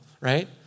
right